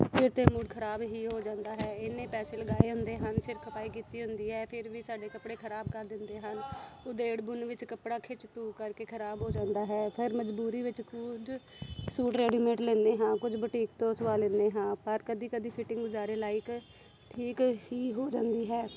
ਫਿਰ ਤਾਂ ਮੂਡ ਖਰਾਬ ਹੀ ਹੋ ਜਾਂਦਾ ਹੈ ਇੰਨੇ ਪੈਸੇ ਲਗਾਏ ਹੁੰਦੇ ਹਨ ਸਿਰ ਖਪਾਈ ਕੀਤੀ ਹੁੰਦੀ ਹੈ ਫਿਰ ਵੀ ਸਾਡੇ ਕੱਪੜੇ ਖਰਾਬ ਕਰ ਦਿੰਦੇ ਹਨ ਉਧੇੜ ਬੁਣ ਵਿੱਚ ਕੱਪੜਾ ਖਿੱਚ ਧੂਹ ਕਰਕੇ ਖਰਾਬ ਹੋ ਜਾਂਦਾ ਹੈ ਫਿਰ ਮਜ਼ਬੂਰੀ ਵਿੱਚ ਖੁਦ ਸੂਟ ਰੈਡੀਮੇਟ ਲੈਂਦੇ ਹਾਂ ਕੁਝ ਬੁਟੀਕ ਤੋਂ ਸਵਾ ਲੈਂਦੇ ਹਾਂ ਪਰ ਕਦੀ ਕਦੀ ਫਿਟਿੰਗ ਗੁਜ਼ਾਰੇ ਲਾਇਕ ਠੀਕ ਹੀ ਹੋ ਜਾਂਦੀ ਹੈ